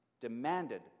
demanded